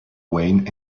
wayne